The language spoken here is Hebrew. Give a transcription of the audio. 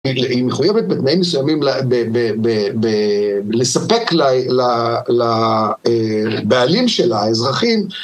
היא מחויבת בתנאים מסוימים לספק לבעלים של האזרחים